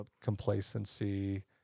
complacency